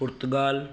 Portugal